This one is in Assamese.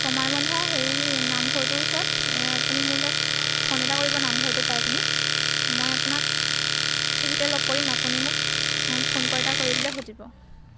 কমাৰবন্ধা হেৰি নামঘৰটোৰ ওচৰত আপুনি মোলৈ ফোন এটা কৰিব নামঘৰটো পাই পিনি মই আপোনাক সেইখিনিতে লগ কৰিম আপুনি মোক ফোন কল এটা কৰিলেই হৈ যাব